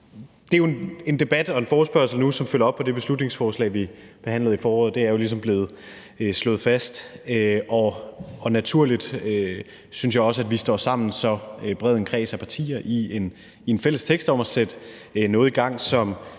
Det her er jo en forespørgselsdebat, som følger op på det beslutningsforslag, vi behandlede i foråret, og det er ligesom blevet slået fast, og jeg synes også, det er naturligt, at vi står sammen i så bred en kreds af partier om en fælles vedtagelsestekst om at sætte noget i gang, som